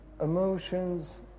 emotions